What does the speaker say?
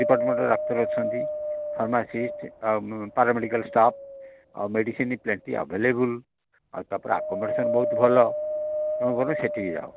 department ଡାକ୍ତର ଅଛନ୍ତି pharmacist ଆଉ ପାରା ମେଡ଼ିକାଲ୍ ଷ୍ଟାଫ୍ ଆଉ ମେଡ଼ିସିନ ପେଟି ଆଭେଲେବୁଲ୍ ଆଉ ତା'ପରେ ଆକୋମେଡ଼େସନ୍ ବହୁତ ଭଲ ତୁମେ ସେଠିକି ଯାଅ